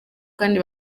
kandi